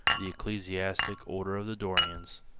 the ecclesiastic order of the dorians.